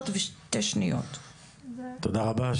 תודה רבה.